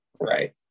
right